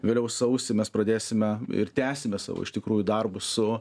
vėliau sausį mes pradėsime ir tęsime savo iš tikrųjų darbus su